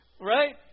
Right